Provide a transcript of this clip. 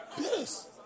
Yes